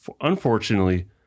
unfortunately